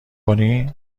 کنی